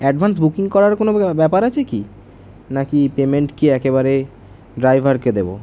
advance booking করার কোনো ব্যাপার আছে কি না কি পেমেন্ট কি একেবারে ড্রাইভারকে দেবো